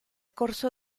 corso